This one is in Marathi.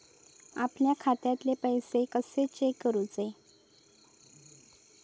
आपल्या खात्यातले पैसे कशे चेक करुचे?